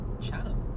channel